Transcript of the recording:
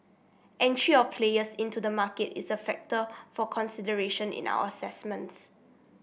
entry of players into the market is a factor for consideration in our assessments